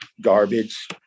garbage